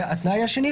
והשני,